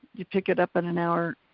you pick it up in an hour,